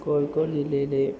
കോഴിക്കോട് ജില്ലയിലെ